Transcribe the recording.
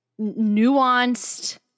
nuanced